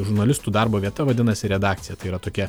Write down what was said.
žurnalistų darbo vieta vadinasi redakcija tai yra tokia